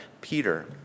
Peter